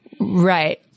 Right